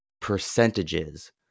percentages